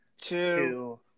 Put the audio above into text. two